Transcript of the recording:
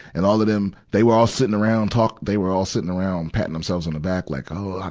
and all of them, they were all sitting around talk, they were all sitting around patting themselves on the back, like, oh,